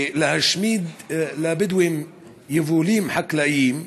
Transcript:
להשמיד לבדואים יבולים חקלאיים,